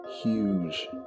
huge